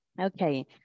Okay